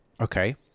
okay